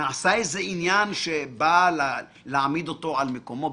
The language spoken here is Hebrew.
נעשה איזה עניין שבא להעמיד אותו על מקומו?